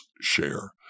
share